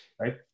right